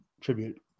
tribute